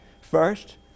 First